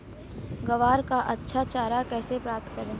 ग्वार का अच्छा चारा कैसे प्राप्त करें?